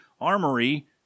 armory